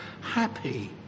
happy